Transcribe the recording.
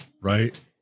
Right